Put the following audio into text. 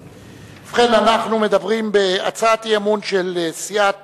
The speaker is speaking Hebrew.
ובכן, אנחנו מדברים בהצעת אי-אמון של סיעת